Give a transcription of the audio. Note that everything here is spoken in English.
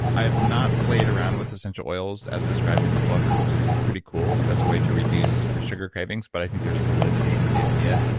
i have not played around with essential oils as described in the book, which is pretty cool as a way to reduce sugar cravings, but i think there's validity to the idea,